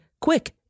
Quick